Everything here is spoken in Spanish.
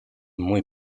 muy